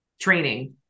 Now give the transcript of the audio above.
training